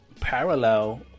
parallel